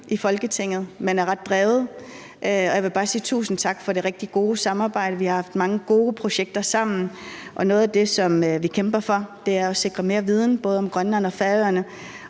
i Folketinget, men er ret dreven. Og jeg vil bare sige tusind tak for det rigtig gode samarbejde. Vi har haft mange gode projekter sammen, og noget af det, som vi kæmper for, er at sikre mere viden både om Grønland og Færøerne.